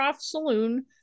Saloon